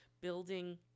building